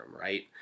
right